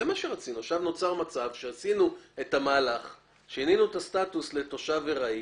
אמנם שינינו את הסטטוס מתושב קבע לתושב ארעי,